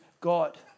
God